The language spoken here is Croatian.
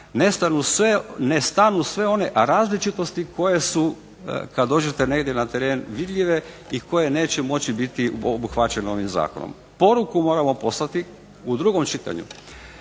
ne stanu sve one različitosti koje su kad dođete negdje na teren vidljive i koje neće moći biti obuhvaćene ovim zakonom. Poruku moramo poslati u drugom čitanju